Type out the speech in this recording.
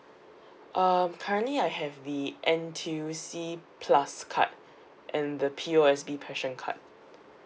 uh currently I have the N_T_U_C plus card and the P_O_S_B passion card